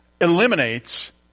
eliminates